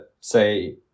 say